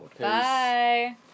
Bye